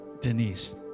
Denise